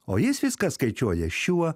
o jis viską skaičiuoja šiuo